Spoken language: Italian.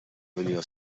veniva